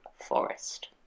forest